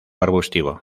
arbustivo